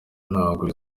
ntabwo